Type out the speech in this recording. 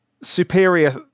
superior